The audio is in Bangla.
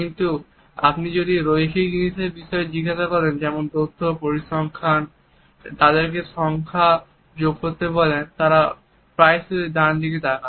কিন্তু আপনি যদি রৈখিক জিনিসের বিষয়ে জিজ্ঞেস করেন যেমন তথ্য পরিসংখ্যান তাদেরকে সংখ্যা যোগ করতে বলেন তারা প্রায়ই উপরে ডান দিকে তাকান